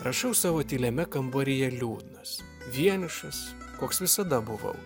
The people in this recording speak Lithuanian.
rašau savo tyliame kambaryje liūdnas vienišas koks visada buvau